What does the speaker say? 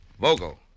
Vogel